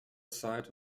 zeit